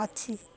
ଅଛି